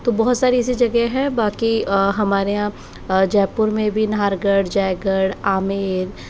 तो बहुत सारी ऐसी जगह हैं बाकी हमारे यहाँ जयपुर में भी नाहरगढ़ जयगढ़ आमेर